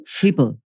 people